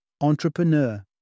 entrepreneur